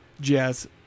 jazz